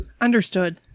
understood